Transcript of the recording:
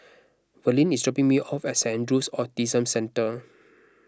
Verlene is dropping me off at Saint andrew's Autism Centre